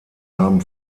haben